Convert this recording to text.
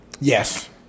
Yes